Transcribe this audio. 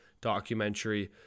documentary